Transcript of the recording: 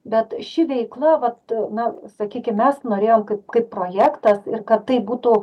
bet ši veikla vat na sakykim mes norėjom kaip projektas ir kad tai būtų